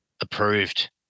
approved